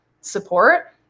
support